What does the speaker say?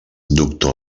doctor